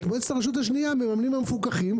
את מועצת הרשות השנייה מממנים המפוקחים,